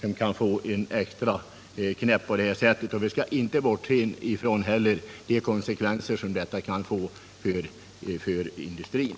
Vi skall inte heller bortse från de konsekvenser som detta kan få för industrin.